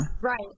right